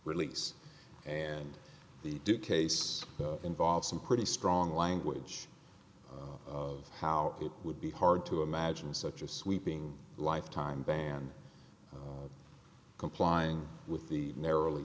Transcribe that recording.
release and the duke case involves some pretty strong language of how it would be hard to imagine such a sweeping lifetime ban complying with the narrowly